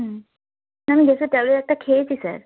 হুম না আমি গ্যাসের ট্যাবলেট একটা খেয়েছি স্যার